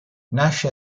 nasce